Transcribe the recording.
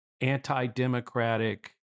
anti-democratic